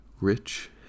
rich